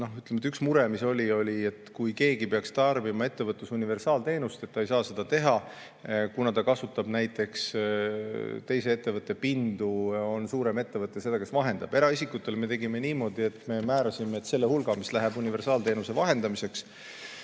Üks mure oli see, et kui keegi peaks tarbima ettevõtluse universaalteenust, siis ta ei saa seda teha, kuna ta kasutab näiteks teise ettevõtte pindu, suurem ettevõte on see, kes vahendab. Eraisikutele me tegime niimoodi, et me määrasime, et selle hulga, mis läheb universaalteenuse vahendamiseks,